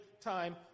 time